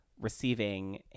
receiving